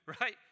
right